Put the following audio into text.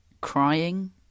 crying